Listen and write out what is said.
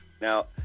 Now